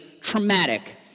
traumatic